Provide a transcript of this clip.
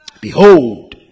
Behold